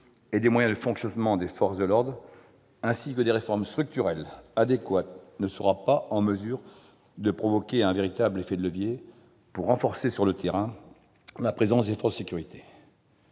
et des moyens de fonctionnement des forces de l'ordre, ainsi que de réformes structurelles adéquates, ne sera pas en mesure de provoquer un véritable effet de levier pour renforcer sur le terrain la présence des forces de sécurité.